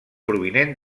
provinent